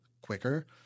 quicker